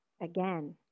again